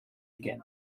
again